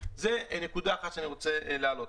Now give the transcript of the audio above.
נקודה שנייה שאני רוצה להעלות,